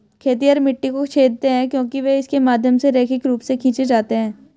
खेतिहर मिट्टी को छेदते हैं क्योंकि वे इसके माध्यम से रैखिक रूप से खींचे जाते हैं